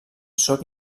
sóc